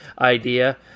idea